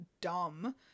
dumb